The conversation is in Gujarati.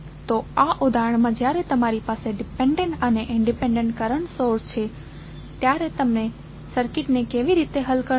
તો આ ઉદાહરણમાં જ્યારે તમારી પાસે ડિપેન્ડેન્ટ અને ઇંડિપેંડેન્ટ કરંટ સોર્સ છે ત્યારે તમે સર્કિટને કેવી રીતે હલ કરશો